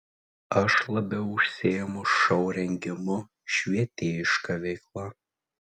aš labiau užsiimu šou rengimu švietėjiška veikla